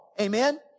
Amen